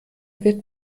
wird